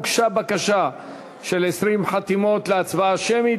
הוגשה בקשה של 20 חתימות להצבעה שמית.